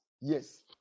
yes